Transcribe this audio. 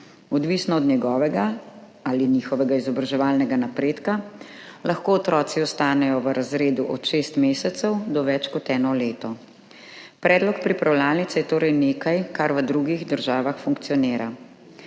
Odvisno od njegovega ali njihovega izobraževalnega napredka, lahko otroci ostanejo v razredu od šest mesecev do več kot eno leto. Predlog pripravljalnice je torej nekaj, kar v drugih državah funkcionira.